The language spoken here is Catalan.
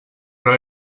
però